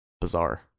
bizarre